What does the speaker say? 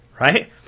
right